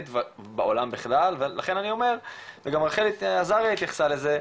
ובעולם בכלל ולכן אני אומר ורחל עזריה התייחסה לזה,